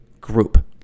group